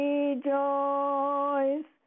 Rejoice